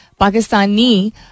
Pakistani